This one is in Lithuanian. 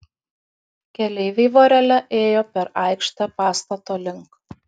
keleiviai vorele ėjo per aikštę pastato link